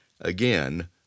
again